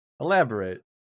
Elaborate